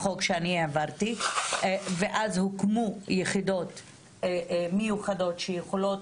החוק שאני העברתי ואז הוקמו יחידות מיוחדות שיכולות